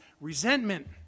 Resentment